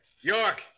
York